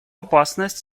опасность